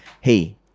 Hey